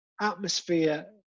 atmosphere